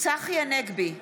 צחי הנגבי,